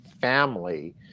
family